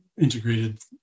integrated